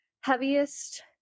heaviest